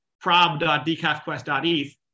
prob.decafquest.eth